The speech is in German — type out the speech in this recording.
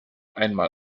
einmal